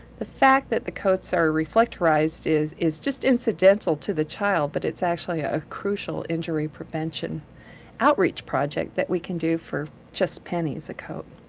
the fact that the coats are reflectorized is, is just incidental to the child, but it's actually a crucial injury prevention outreach project that we can do for just pennies a coat.